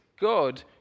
God